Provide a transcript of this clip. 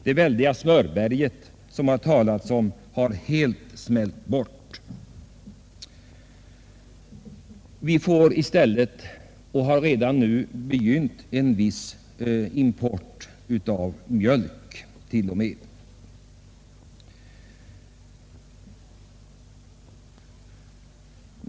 Det väldiga smörberget, som det tidigare talades om, har helt smält bort. Vi har dessutom redan nu begynt en viss import av mjölk.